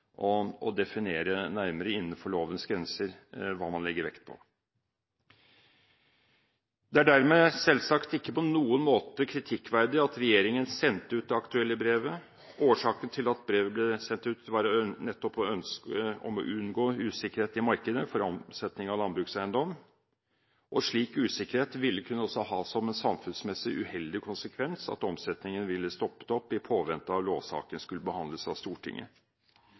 statsråden å definere nærmere hva man legger vekt på innenfor lovens grenser. Det er dermed selvsagt ikke på noen måte kritikkverdig at regjeringen sendte ut det aktuelle brevet. Årsaken til at brevet ble sendt ut, var nettopp ønsket om å unngå usikkerhet i markedet for omsetning av landbrukseiendom. Slik usikkerhet ville også kunne ha som en samfunnsmessig uheldig konsekvens at omsetningen ville stoppet opp i påvente av at lovsaken skulle behandles av Stortinget.